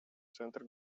центр